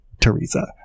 teresa